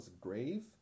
grave